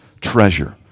treasure